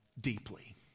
deeply